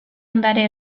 ondare